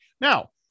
Now